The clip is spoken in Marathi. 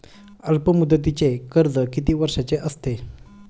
अल्पमुदतीचे कर्ज किती वर्षांचे असते?